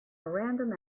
random